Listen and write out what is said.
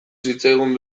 zitzaigun